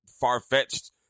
far-fetched